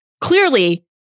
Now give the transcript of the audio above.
Clearly